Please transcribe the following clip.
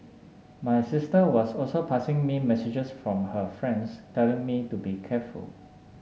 my sister was also passing me messages from her friends telling me to be careful